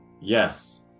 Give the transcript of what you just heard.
Yes